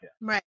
Right